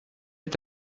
est